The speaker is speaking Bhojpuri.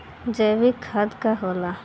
जैवीक खाद का होला?